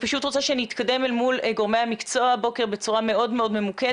אני פשוט רוצה שנתקדם לגורמי המקצוע הבוקר בצורה ממוקדת.